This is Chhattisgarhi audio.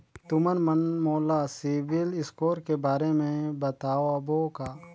तुमन मन मोला सीबिल स्कोर के बारे म बताबो का?